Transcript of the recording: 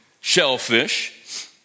shellfish